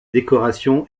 décoration